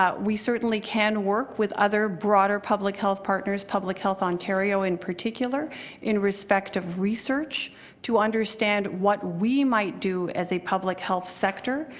ah we certainly can work with other broader public health partners, public health ontario in particular in respect of research to understand what we might do as a public health sector.